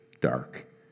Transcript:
dark